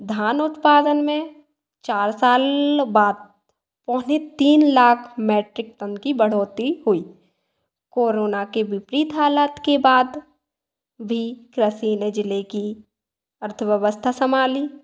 धान उत्पादन में चार साल बात पौने तीन लाख मैट्रिक टन की बढ़ौती हुई कोरोना के विपरीत हालात के बाद भी रस्सी ने ज़िले की अर्थव्यवस्था संभाली